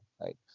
right